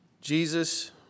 Jesus